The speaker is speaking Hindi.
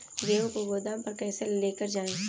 गेहूँ को गोदाम पर कैसे लेकर जाएँ?